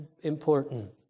important